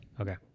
okay